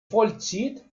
vollzieht